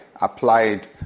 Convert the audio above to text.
applied